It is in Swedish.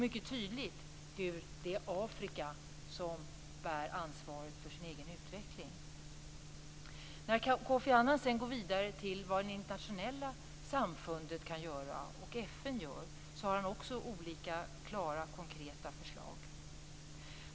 Det är Afrika som bär ansvaret för sin egen utveckling. Kofi Annan går sedan vidare till vad det internationella samfundet kan göra och vad FN gör. Han har även där klara och konkreta förslag.